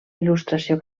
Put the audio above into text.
il·lustració